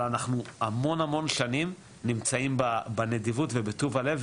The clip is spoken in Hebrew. אבל אנחנו כבר המון המון שנים נמצאים בנדיבות ובטוב הלב,